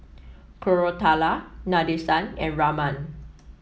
Koratala Nadesan and Raman